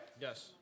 Yes